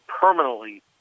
permanently